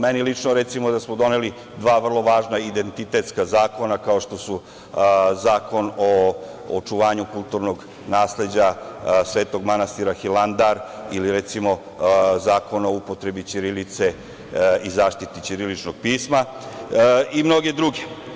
Meni lično, recimo, da smo doneli dva vrlo važna identitetska zakona, kao što je Zakon o očuvanju kulturnog nasleđa svetog manastira Hilandar ili, recimo, Zakon o upotrebi ćirilice i zaštiti ćiriličnog pisma i mnoge druge.